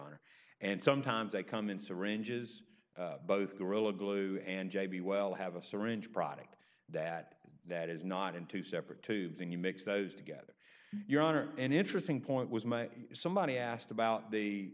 honor and sometimes they come in syringes both gorilla glue and j b well have a syringe product that that is not into separate tubes and you mix those together your honor and interesting point was my somebody asked about the